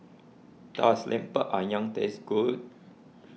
does Lemper Ayam taste good